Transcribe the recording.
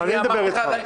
אבל אני מדבר אתך.